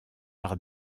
par